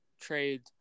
trade